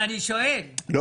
המחירים של